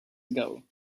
ago